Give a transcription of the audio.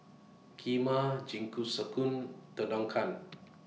Kheema Jingisukan